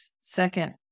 second